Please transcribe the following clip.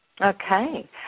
Okay